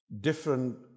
different